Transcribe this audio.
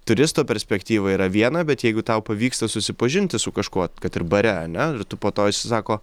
turisto perspektyva yra viena bet jeigu tau pavyksta susipažinti su kažkuo kad ir bare ar ne tu po to visi sako